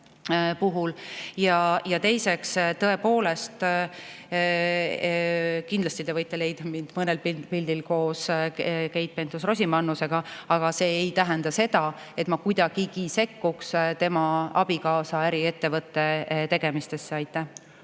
Ja teiseks, tõepoolest te kindlasti võite leida mind mõnel pildil koos Keit Pentus-Rosimannusega, aga see ei tähenda seda, et ma kuidagigi sekkuks tema abikaasa äriettevõtte tegemistesse.